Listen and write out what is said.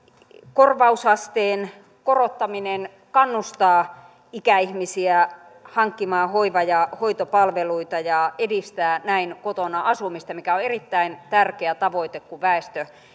korvausasteen korottaminen kannustaa ikäihmisiä hankkimaan hoiva ja hoitopalveluita ja edistää näin kotona asumista mikä on erittäin tärkeä tavoite kun väestö